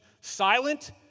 silent